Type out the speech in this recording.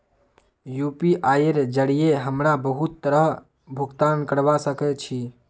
यूपीआईर जरिये हमरा बहुत तरहर भुगतान करवा सके छी